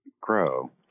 grow